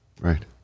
Right